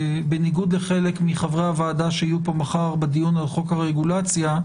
בניגוד לחלק מחברי הוועדה שיהיו כאן מחר בדיון על חוק הרגולציה,